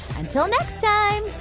until next time,